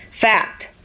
Fact